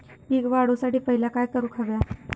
पीक वाढवुसाठी पहिला काय करूक हव्या?